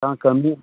ᱵᱟᱝ ᱠᱟᱹᱢᱤ